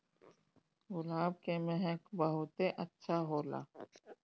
गुलाब के महक बहुते अच्छा होला